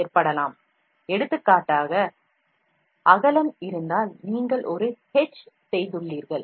மேலும் நீங்கள் ஒரு H செய்துள்ளீர்கள்